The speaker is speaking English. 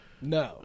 No